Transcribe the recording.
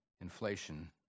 Inflation